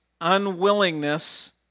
unwillingness